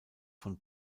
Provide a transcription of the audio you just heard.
von